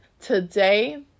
today